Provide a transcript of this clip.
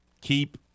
Keep